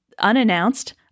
Unannounced